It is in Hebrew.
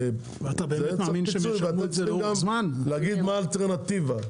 אתם צריכים להגיד גם מה האלטרנטיבה.